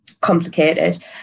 complicated